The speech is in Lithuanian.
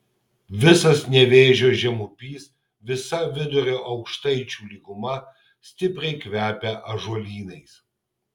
visas nevėžio žemupys visa vidurio aukštaičių lyguma stipriai kvepia ąžuolynais